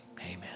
amen